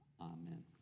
Amen